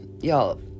Y'all